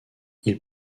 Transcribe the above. ils